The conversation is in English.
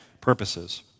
purposes